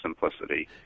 simplicity